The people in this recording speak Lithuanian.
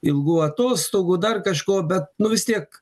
ilgų atostogų dar kažko bet nu vis tiek